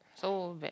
so bad